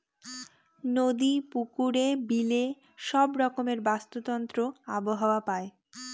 নদী, পুকুরে, বিলে সব রকমের বাস্তুতন্ত্র আবহাওয়া পায়